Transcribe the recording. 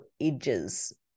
edges